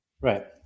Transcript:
Right